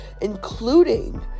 including